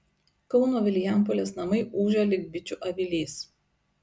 kauno vilijampolės namai ūžia lyg bičių avilys